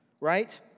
right